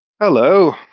Hello